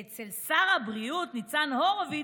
אצל שר הבריאות ניצן הורוביץ'